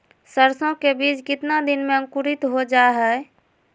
सरसो के बीज कितने दिन में अंकुरीत हो जा हाय?